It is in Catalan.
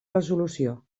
resolució